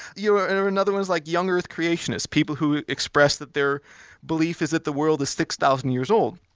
you know another one is like young earth creationists, people who express that their belief is that the world is six thousand years old.